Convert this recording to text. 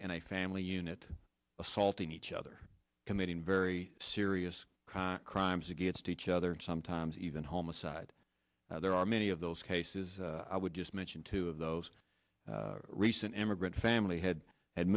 in a family unit assaulting each other committing very serious crimes crimes against each other and sometimes even home aside there are many of those cases i would just mention two of those recent immigrant family had had